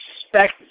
expect